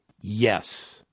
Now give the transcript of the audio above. Yes